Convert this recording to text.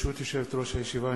ברשות יושבת-ראש הישיבה,